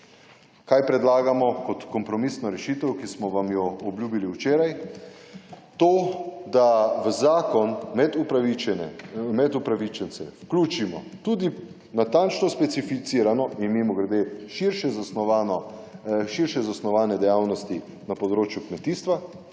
Kaj predlagamo kot kompromisno rešitev, ki smo vam jo obljubili včeraj to, da v zakon med upravičence vključimo tudi natančno specificirano in mimogrede širše zasnovane dejavnosti na področju kmetijstva,